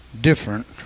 different